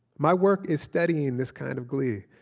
my work is studying this kind of glee,